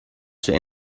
zur